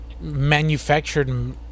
manufactured